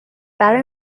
برای